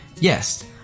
Yes